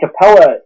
Capella